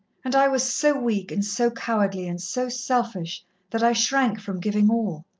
and i was so weak and so cowardly and so selfish that i shrank from giving all.